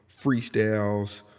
freestyles